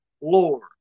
Lord